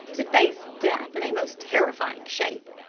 to face death in a most terrifying shape.